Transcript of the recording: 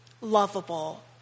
lovable